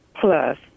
plus